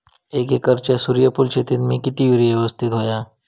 एक एकरच्या सूर्यफुल शेतीत मी किती युरिया यवस्तित व्हयो?